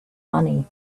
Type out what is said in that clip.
money